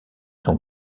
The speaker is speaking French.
sont